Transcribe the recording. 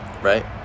Right